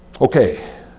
Okay